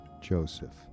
joseph